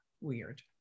weird